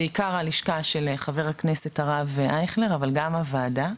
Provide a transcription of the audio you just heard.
בעיקר הלשכה של חה"כ הרב אייכלר אבל גם הוועדה,